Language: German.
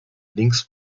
links